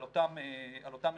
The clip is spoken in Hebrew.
על אותם ארגונים.